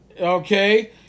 Okay